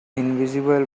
invisible